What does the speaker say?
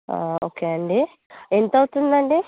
ఆ ఓకే అండి ఎంత అవుతుంది అండి